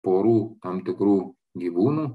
porų tam tikrų gyvūnų